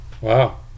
wow